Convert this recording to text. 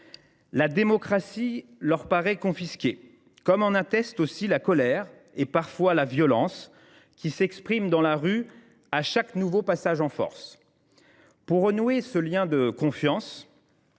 La démocratie leur paraît confisquée, comme en attestent aussi la colère et, parfois, la violence qui s’expriment dans la rue à chaque nouveau passage en force. Pour renouer ce lien de confiance,